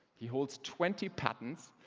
he holds twenty patents.